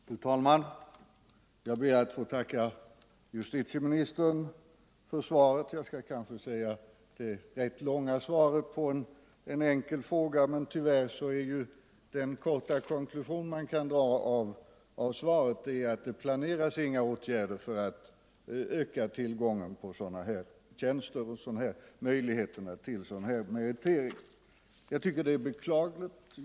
Fru talman! Jag ber att få tacka justitieministern för det kanske rätt långa svaret på en enkel fråga. Tyvärr är den korta konklusion man kan dra av svaret att det inte planeras några åtgärder för att öka möjligheterna till sådan här meritering. Jag tycker att det är beklagligt.